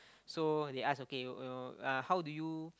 so they ask okay you know uh how do you